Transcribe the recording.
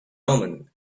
omen